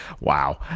Wow